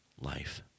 life